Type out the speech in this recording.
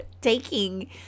taking